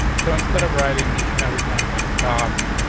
so instead of writing nature and every time patting top,